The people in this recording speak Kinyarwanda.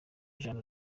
jean